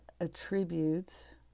attributes